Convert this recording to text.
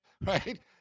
right